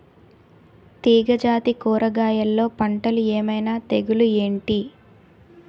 తీగ జాతి కూరగయల్లో పంటలు ఏమైన తెగులు ఏంటి?